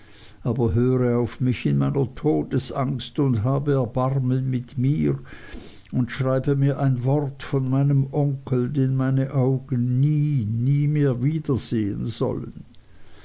aber höre auf mich in meiner todesangst und habe erbarmen mit mir und schreibe mir ein wort von meinem onkel den meine augen nie nie mehr wieder sehen sollen